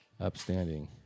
upstanding